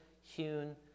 hewn